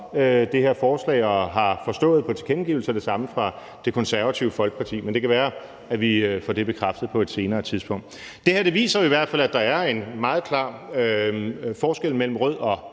det her forslag, og jeg har forstået på tilkendegivelserne, at det samme gør sig gældende for Det Konservative Folkeparti. Men det kan være, vi får det bekræftet på et senere tidspunkt. Det her viser jo i hvert fald, at der er en meget klar forskel mellem rød og